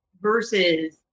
versus